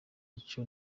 ico